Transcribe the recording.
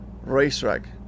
racetrack